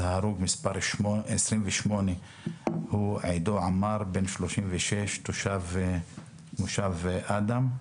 הרוג מספר 28 הוא עידו עמר, בן 36, תושב מושב אדם.